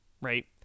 Right